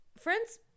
Friends